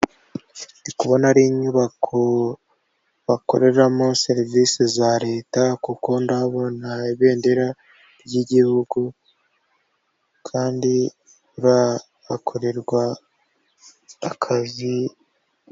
Ndikubona ari inyubako bakoreramo serivisi za Leta, kuko ndabona ibendera ry'igihugu kandi hakorerwa akazi.